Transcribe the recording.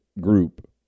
group